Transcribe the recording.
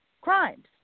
crimes